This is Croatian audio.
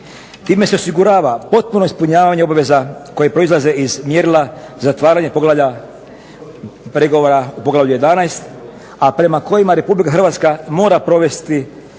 Time se osigurava potpuno ispunjavanje obaveza koje proizlaze iz mjerila zatvaranje pregovora o Poglavlju 11., a prema kojima RH mora provesti